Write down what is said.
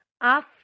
Af